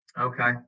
Okay